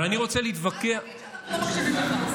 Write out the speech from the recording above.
אל תגיד שאנחנו לא מקשיבים לך.